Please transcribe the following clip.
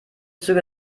züge